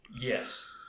Yes